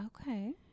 Okay